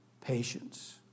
patience